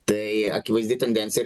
tai akivaizdi tendencija